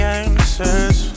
answers